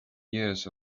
years